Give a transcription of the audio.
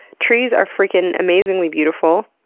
trees are freaking amazingly beautiful.